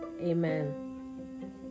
Amen